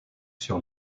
sur